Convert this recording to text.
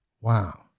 Wow